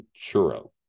churro